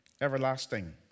everlasting